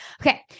Okay